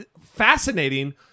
fascinating